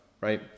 right